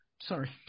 sorry